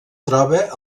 troba